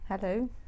Hello